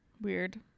Weird